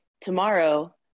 Tomorrow